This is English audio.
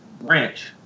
branch